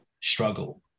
struggle